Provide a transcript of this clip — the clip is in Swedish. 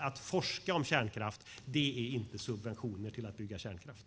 Att forska om kärnkraft är inte subventioner till att bygga kärnkraft.